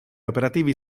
operativi